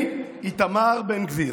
אני, איתמר בן גביר,